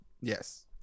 Yes